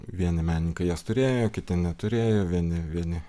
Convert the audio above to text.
vieni menininkai jas turėjo kiti neturėjo vieni vieni